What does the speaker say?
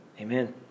Amen